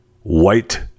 White